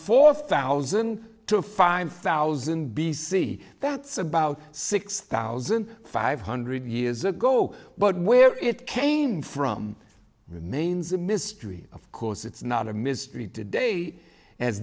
four thousand to five thousand b c that's about six thousand five hundred years ago but where it came from remains a mystery of course it's not a mystery today a